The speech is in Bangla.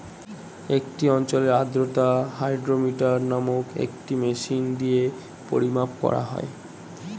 একটি অঞ্চলের আর্দ্রতা হাইগ্রোমিটার নামক একটি মেশিন দিয়ে পরিমাপ করা হয়